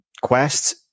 Quests